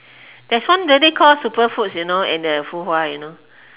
there's one really call super foods you know in the Fuhua you know